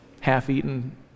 half-eaten